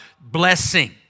blessing